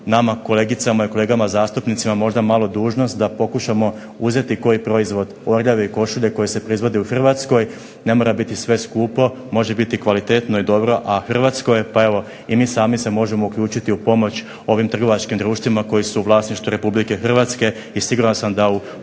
nama kolegicama i kolegama zastupnicima možda malo dužnost da pokušamo uzeti koji proizvod "Orljave" košulje koje se proizvode u Hrvatskoj, ne mora biti sve skupo, može biti kvalitetno i dobro, a hrvatskoj je, pa evo i mi sami se možemo uključiti u pomoć ovim trgovačkim društvima koji su u vlasništvu RH i siguran sam da u